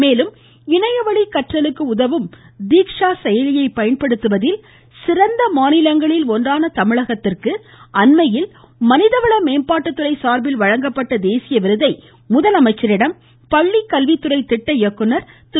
மேலும் இணையவழி கற்றலுக்கு உதவும் தீக்ஷா செயலியை பயன்படுத்துவதில் சிறந்த மாநிலங்களில் ஒன்றான தமிழகத்திற்கு அண்மையில் மனிதவள மேம்பாட்டுத் துறை சார்பில் வழங்கப்பட்ட தேசிய விருதை முதலமைச்சரிடம் பள்ளிக் கல்வித்துறை திட்ட இயக்குநர் திரு